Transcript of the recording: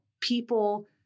people